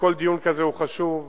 וכל דיון כזה הוא חשוב,